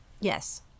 Yes